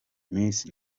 miss